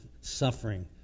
suffering